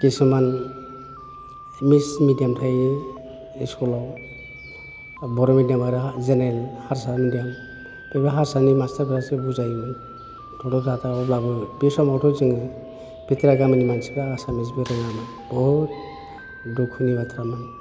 खिसुमान एसामिस मेडियामनिफ्राय स्कुलाव बर' मेडियाम आरो जेनेरेल हारसा मेडियाम बेबो हारसानि मास्टारफ्रासो बुजायोमोन थथ' थाथा अब्लाबो बे समावथ' जोङो बे ग्रा गामिनि मानसिफ्रा आसामिसनबो रोङामोन बुहुत दुखुनि बाथ्रामोन